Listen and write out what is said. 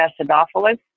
acidophilus